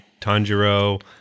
Tanjiro